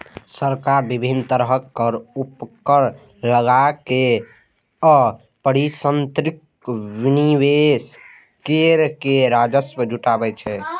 सरकार विभिन्न तरहक कर, उपकर लगाके आ परिसंपत्तिक विनिवेश कैर के राजस्व जुटाबै छै